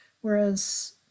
Whereas